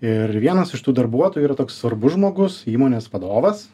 ir vienas iš tų darbuotojų yra toks svarbus žmogus įmonės vadovas